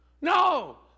No